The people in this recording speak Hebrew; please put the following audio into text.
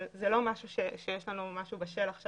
אבל זה לא משהו שיש לנו משהו בשל עכשיו